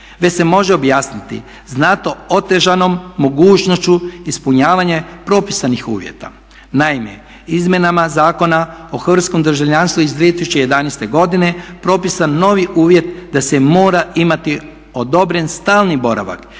već se može objasniti znatno otežanom mogućnošću ispunjavanja propisanih uvjeta. Naime, izmjenama Zakona o hrvatskom državljanstvu iz 2011.godine propisan je novi uvjet da se mora imati odobren stalni boravak